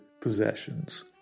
possessions